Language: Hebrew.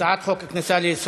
חוק הכניסה.